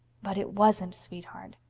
but it wasn't, sweetheart.